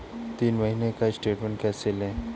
तीन महीने का स्टेटमेंट कैसे लें?